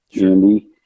Andy